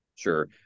Sure